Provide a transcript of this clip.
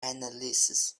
analysis